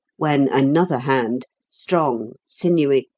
when another hand strong, sinewy,